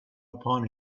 upon